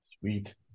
Sweet